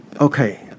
Okay